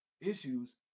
issues